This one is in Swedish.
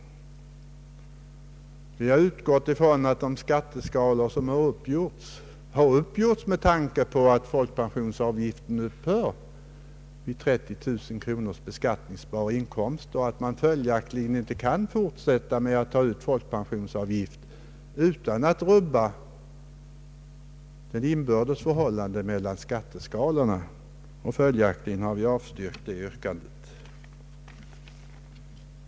Vi har utgått ifrån att de skatteskalor vi har har uppgjorts med tanke på att folkpensionsavgiften upphör vid en beskattningsbar inkomst av 30000 kronor och att man följaktligen inte kan fortsätta att ta ut folkpensionsavgift utan att rubba det inbördes förhållandet i skatteskalorna. Alltså har vi avstyrkt detta yrkande.